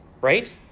right